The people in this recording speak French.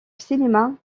cinéma